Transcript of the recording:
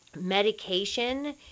Medication